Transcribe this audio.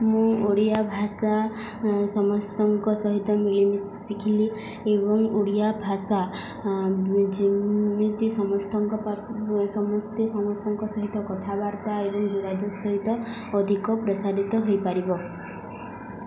ମୁଁ ଓଡ଼ିଆ ଭାଷା ସମସ୍ତଙ୍କ ସହିତ ମିଳିମିଶ ଶିଖିଲି ଏବଂ ଓଡ଼ିଆ ଭାଷା ସମସ୍ତଙ୍କ ସମସ୍ତେ ସମସ୍ତଙ୍କ ସହିତ କଥାବାର୍ତ୍ତା ଏବଂ ଯୋଗାଯୋଗ ସହିତ ଅଧିକ ପ୍ରସାରିତ ହୋଇପାରିବ